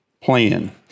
plan